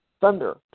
Thunder